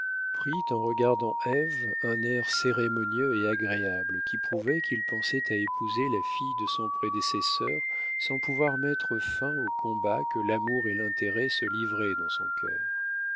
prit en regardant ève un air cérémonieux et agréable qui prouvait qu'il pensait à épouser la fille de son prédécesseur sans pouvoir mettre fin au combat que l'amour et l'intérêt se livraient dans son cœur